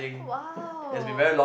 !wow!